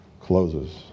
closes